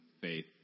faith